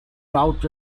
drought